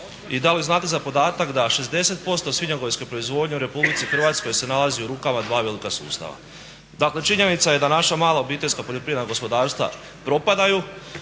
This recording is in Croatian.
i da li znate za podatak da 60% svinjogojske proizvodnje u Republici Hrvatskoj se nalazi u rukama dva velika sustava. Dakle činjenica je da naša malo obiteljska poljoprivredna gospodarstva propadaju,